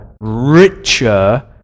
richer